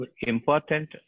important